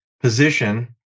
position